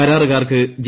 കരാറുകാർക്ക് G